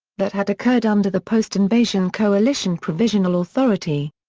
that had occurred under the post-invasion coalition provisional authority.